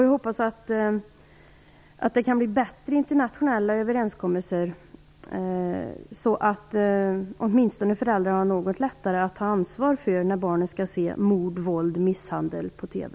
Jag hoppas också att det kan bli bättre internationella överenskommelser, så att föräldrar åtminstone får något lättare att ta ansvar för att barn skall slippa se mord, våld och misshandel i TV.